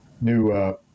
new